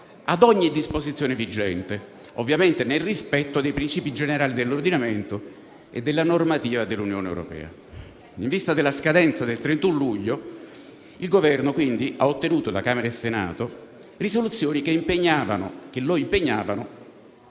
ad ogni disposizione vigente, ovviamente nel rispetto dei princìpi generali dell'ordinamento e della normativa dell'Unione europea. In vista della scadenza del 31 luglio, il Governo quindi ha ottenuto da Camera e Senato risoluzioni che lo impegnavano